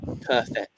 perfect